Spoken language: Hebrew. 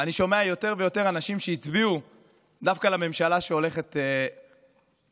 אני שומע יותר ויותר אנשים שהצביעו דווקא לממשלה שהולכת לקום,